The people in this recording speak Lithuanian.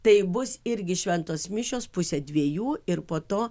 tai bus irgi šventos mišios pusė dviejų ir po to